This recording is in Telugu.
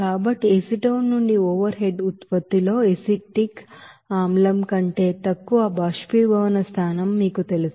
కాబట్టి ఎసిటోన్ నుండి ఓవర్ హెడ్ ఉత్పత్తిలో ఎసిటిక్ ఆమ్లం కంటే తక్కువ బొయిలింగ్ పాయింట్ మీకు తెలుసు